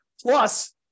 Plus